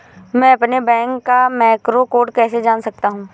मैं अपने बैंक का मैक्रो कोड कैसे जान सकता हूँ?